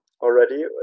already